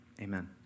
amen